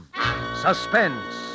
Suspense